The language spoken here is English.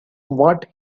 what